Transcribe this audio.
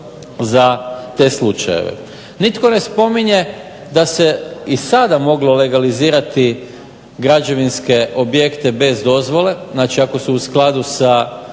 za te slučajeve. Nitko ne spominje da se i sada moglo legalizirati građevinske objekte bez dozvole, znači ako su u skladu sa